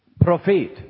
Prophet